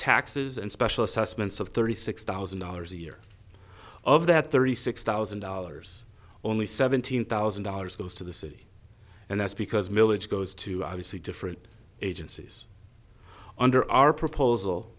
taxes and special assessments of thirty six thousand dollars a year of that thirty six thousand dollars only seventeen thousand dollars goes to the city and that's because milage goes to obviously different agencies under our proposal